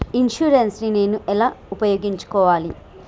Insurance ని నేను ఎలా వినియోగించుకోవాలి?